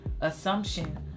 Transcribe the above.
assumption